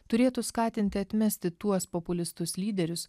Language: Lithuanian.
turėtų skatinti atmesti tuos populistus lyderius